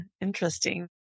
Interesting